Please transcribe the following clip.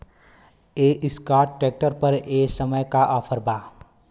Escort tractor पर ए समय का ऑफ़र बा?